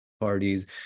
parties